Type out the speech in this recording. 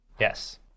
Yes